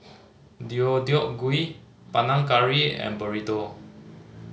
Deodeok Gui Panang Curry and Burrito